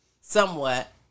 Somewhat